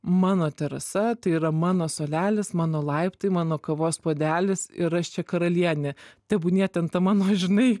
mano terasa tai yra mano suolelis mano laiptai mano kavos puodelis ir aš čia karalienė tebūnie ten ta mano žinai